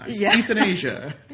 Euthanasia